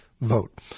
vote